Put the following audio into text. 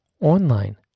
online